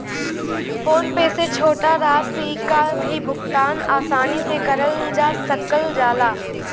phone पे से छोटा राशि क भी भुगतान आसानी से करल जा सकल जाला